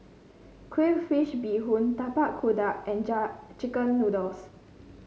Crayfish Beehoon Tapak Kuda and chicken noodles